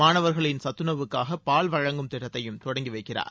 மாணவர்களின் சத்துணவுக்காக பால் வழங்கும் திட்டத்தையும் தொடங்கி வைக்கிறார்